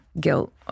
guilt